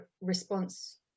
response